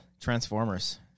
Transformers